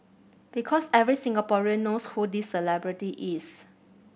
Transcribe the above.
because every Singaporean knows who this celebrity is